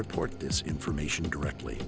report this information directly